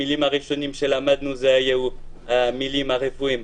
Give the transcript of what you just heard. המילים הראשונות שלמדנו היו מילים רפואיות.